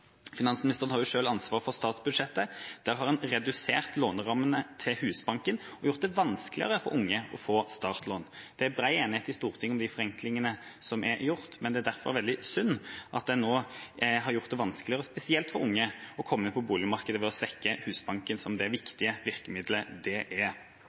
Finansministeren har selv ansvaret for statsbudsjettet. Der har en redusert lånerammene til Husbanken og gjort det vanskeligere for unge å få startlån. Det er bred enighet i Stortinget om de forenklingene som er gjort, og det er derfor veldig synd at en nå har gjort det vanskeligere spesielt for unge å komme inn på boligmarkedet ved å svekke Husbanken som det viktige virkemiddelet det er.